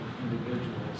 individuals